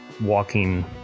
walking